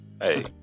hey